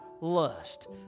lust